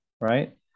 Right